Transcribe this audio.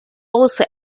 also